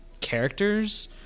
characters